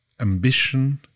ambition